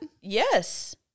Yes